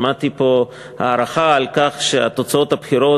שמעתי פה הערכה על כך שתוצאות הבחירות